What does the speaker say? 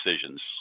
decisions